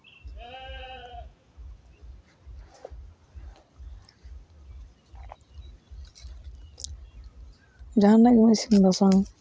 ᱡᱟᱦᱟᱱᱟᱜ ᱡᱤᱱᱤᱥ ᱜᱮ ᱵᱟᱪᱷᱟᱣ